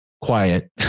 quiet